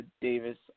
Davis